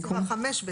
תקנה 5(ב),